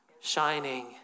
shining